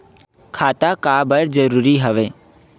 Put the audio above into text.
खाता का बर जरूरी हवे?